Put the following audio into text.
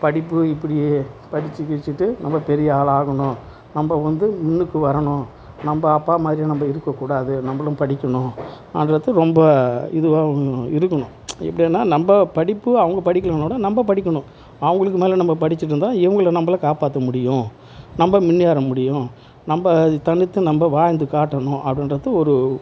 படிப்பு இப்படியே படித்து கிழிச்சிட்டு நம்ம பெரிய ஆள் ஆகணும் நம்ம வந்து முன்னுக்கு வரணும் நம்ம அப்பா மாதிரி நம்ம இருக்கக்கூடாது நம்மளும் படிக்கணும் அப்படின்றது ரொம்ப இதுவாக இருக்கணும் எப்படின்னா நம்ம படிப்பு அவங்க படிக்கலைனாலும் கூட நம்ம படிக்கணும் அவங்களுக்கு மேல் நம்ம படிச்சிட்டிருந்தா இவுங்கள நம்மள காப்பாற்ற முடியும் நம்ம முன்னேற முடியும் நம்ம தனித்து நம்ம வாழ்ந்து காட்டணும் அப்படின்றது ஒரு